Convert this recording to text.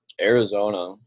Arizona